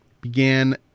began